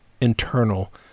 internal